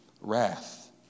wrath